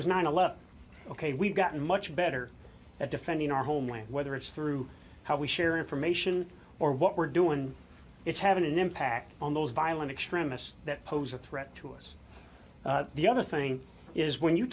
eleven ok we've gotten much better at defending our homeland whether it's through how we share information or what we're doing and it's having an impact on those violent extremists that pose a threat to us the other thing is when you